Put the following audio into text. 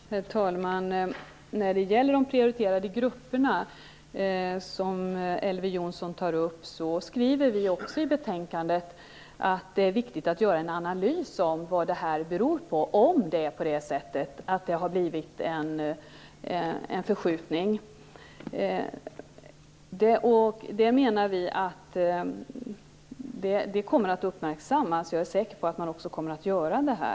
Herr talman! När det gäller de prioriterade grupper som Elver Jonsson tar upp skriver vi i betänkandet att det är viktigt att göra en analys av orsakerna, om det nu har blivit en förskjutning. Vi menar att det här kommer att uppmärksammas och att man kommer att göra något.